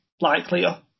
likelier